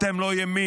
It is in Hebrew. אתם לא ימין.